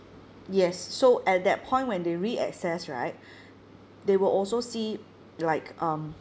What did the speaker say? yes so at that point when they reassess right they will also see like um